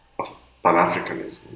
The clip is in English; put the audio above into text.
Pan-Africanism